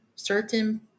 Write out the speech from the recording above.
certain